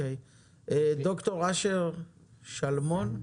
ד"ר אשר שלמון,